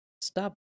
stop